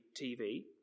TV